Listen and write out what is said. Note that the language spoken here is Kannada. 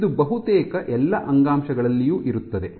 ಇದು ಬಹುತೇಕ ಎಲ್ಲಾ ಅಂಗಾಂಶಗಳಲ್ಲಿಯೂ ಇರುತ್ತದೆ